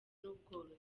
n’ubworozi